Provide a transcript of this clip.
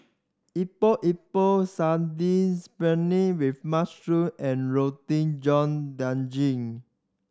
Epok Epok Sardin spinach with mushroom and Roti John Daging